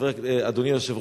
אדוני היושב-ראש,